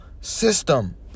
system